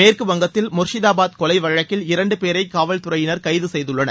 மேற்குவங்கத்தில் முர்ஷிதாபாத் கொலை வழக்கில் இரண்டு பேரை காவல்துறையினர் கைது செய்துள்ளனர்